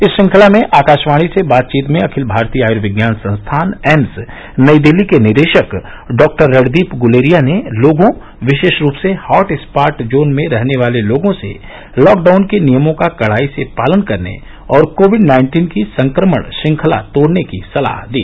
इस श्रृंखला में आकाशवाणी से बातचीत में अखिल भारतीय आयुर्विज्ञान संस्थान एम्स नई दिल्ली के निदेशक डॉक्टर रणदीप गुलेरिया ने लोगों विशेष रूप से हॉट स्पॉट जोन में रहने वालों लोगों से लॉकडाउन के नियमों का कडाई से पालन करने और कोविड नाइन्टीन की संक्रमण श्रृंखला तोडने की सलाह दी